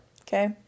Okay